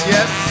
Yes